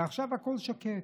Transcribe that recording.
ועכשיו, הכול שקט.